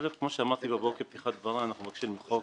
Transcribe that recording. כמו שאמרתי בפתיחת דברי אנחנו מבקשים למחוק